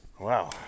Wow